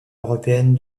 européenne